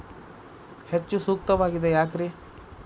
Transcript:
ಹೆಚ್ಚು ಸೂಕ್ತವಾಗಿದೆ ಯಾಕ್ರಿ?